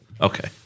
Okay